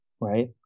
Right